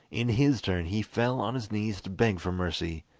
in his turn he fell on his knees to beg for mercy,